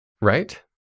right